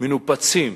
מנופצים